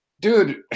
dude